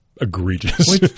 egregious